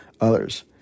others